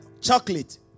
chocolate